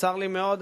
צר לי מאוד,